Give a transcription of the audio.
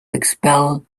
expel